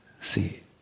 see